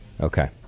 Okay